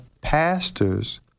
pastors